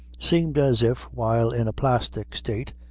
seemed as if, while in a plastic state,